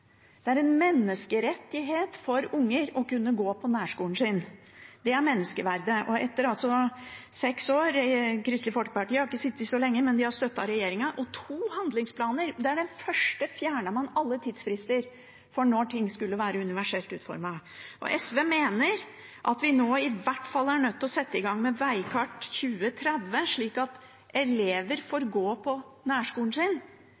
Det er en menneskerettighet for barn å kunne gå på nærskolen sin. Det er menneskeverdet. Det har gått seks år – Kristelig Folkeparti har ikke sittet i regjeringen så lenge, men de har støttet den – og kommet to handlingsplaner, og i den første av dem fjernet man alle tidsfrister for når ting skulle være universelt utformet. SV mener at vi nå i hvert fall er nødt til å sette i gang med Veikart: Universelt utformet nærskole 2030, slik at elever får